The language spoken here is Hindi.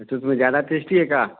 तो इसमें ज्यादा टेस्टी है का